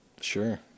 Sure